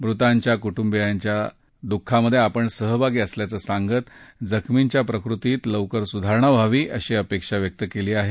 मृतांच्या कुटुंबियांच्या दुःखात सहभागी असल्याचं सांगत जखमींच्या प्रकृतीत लवकर सुधारणा व्हावी अशी अपेक्षा व्यक्त केली आहे